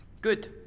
Good